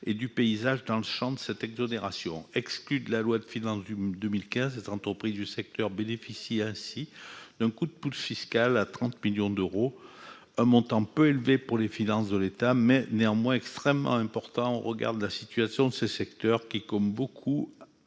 et du paysage dans le champ de cette exonération. Exclues de la loi de finances pour 2015, ces entreprises bénéficieraient ainsi d'un coup de pouce fiscal estimé à 30 millions d'euros, un montant peu élevé pour les finances de l'État, mais extrêmement important au regard de la situation de ce secteur. Comme beaucoup